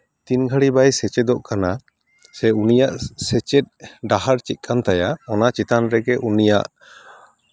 ᱛᱤᱱ ᱜᱷᱟᱹᱲᱤ ᱵᱟᱭ ᱥᱮᱪᱮᱫᱚᱜ ᱠᱟᱱᱟ ᱥᱮ ᱩᱱᱤᱭᱟᱜ ᱥᱮᱪᱮᱫ ᱰᱟᱦᱟᱨ ᱪᱮᱫᱠᱟᱱ ᱛᱟᱭᱟ ᱚᱱᱟ ᱪᱮᱛᱟᱱ ᱨᱮᱜᱮ ᱩᱱᱤᱭᱟᱜ